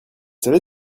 savez